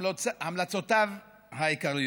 המלצותיו העיקריות.